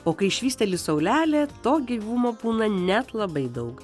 o kai švysteli saulelė to gyvumo puola net labai daug